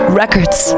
records